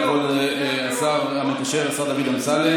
תודה רבה לכבוד השר המקשר, השר דוד אמסלם.